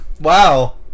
Wow